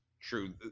true